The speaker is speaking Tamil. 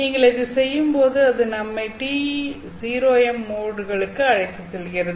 நீங்கள் இதை செய்யும்போது அது நம்மை TE0m மோட்களுக்கு அழைத்துச் செல்கிறது